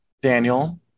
Daniel